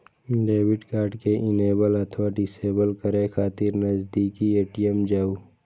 debit card कें enable अथवा disable करै खातिर नजदीकी ए.टी.एम जाउ